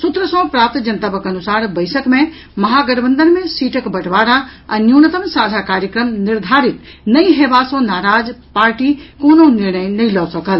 सूत्र सँ प्राप्त जनतबक अनुसार बैसक मे महागठबंधन मे सीटक बंटवारा आ न्यूनतम साझा कार्यक्रम निर्धारित नहि हेबा सँ नाराज पार्टी कोनो निर्णय नहि लऽ सकल